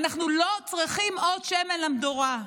אנחנו לא צריכים עוד שמן למדורה.